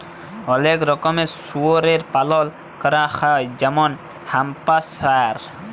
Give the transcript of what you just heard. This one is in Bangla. অলেক রকমের শুয়রের পালল ক্যরা হ্যয় যেমল হ্যাম্পশায়ার